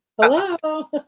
hello